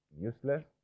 useless